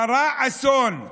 קרה אסון.